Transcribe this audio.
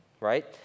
right